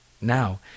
Now